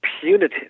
punitive